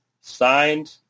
signed